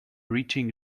reaching